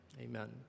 Amen